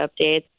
updates